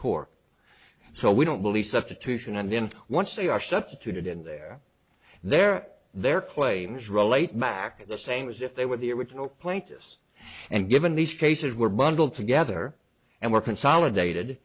court so we don't believe substitute in and then once they are substituted in their their their claims roll eight mack the same as if they were the original plaintiffs and given these cases were bundled together and were consolidated